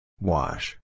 Wash